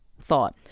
thought